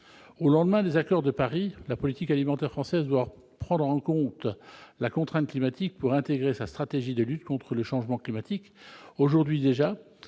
Au lendemain des accords de Paris, la politique alimentaire française doit prendre en compte la contrainte climatique pour pouvoir être intégrée à la stratégie de lutte contre le changement climatique. Aujourd'hui déjà,